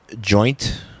joint